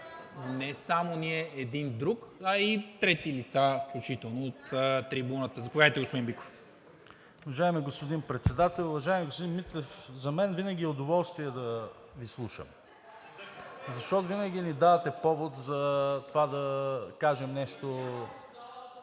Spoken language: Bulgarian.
не само ние един друг, а и трети лица, включително от трибуната. ТОМА БИКОВ (ГЕРБ-СДС): Уважаеми господин Председател! Уважаеми господин Митев, за мен винаги е удоволствие да Ви слушам. Защото винаги ни давате повод за това да кажем нещо…